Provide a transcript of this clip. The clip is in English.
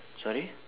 sorry